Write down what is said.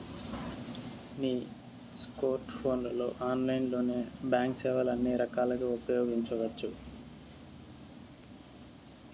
నీ స్కోర్ట్ ఫోన్లలో ఆన్లైన్లోనే బాంక్ సేవల్ని అన్ని రకాలుగా ఉపయోగించవచ్చు